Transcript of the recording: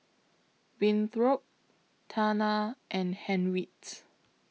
Winthrop Tana and Henriette